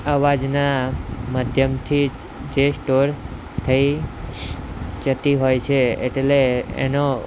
અવાજના માધ્યમથી જે સ્ટોર થઈ જતી હોય છે એટલે એનો